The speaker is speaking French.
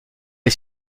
est